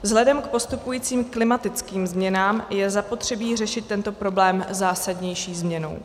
Vzhledem k postupujícím klimatickým změnám je zapotřebí řešit tento problém zásadnější změnou.